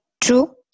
True